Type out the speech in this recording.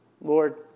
Lord